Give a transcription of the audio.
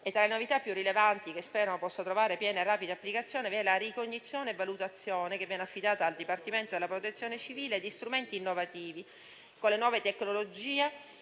Tra le novità più rilevanti che spero possano trovare piena e rapida applicazione, vi è la ricognizione e valutazione, che viene affidata al Dipartimento della protezione civile, di strumenti innovativi, con le nuove tecnologie